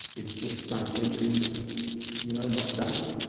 it's just something that is you know not done.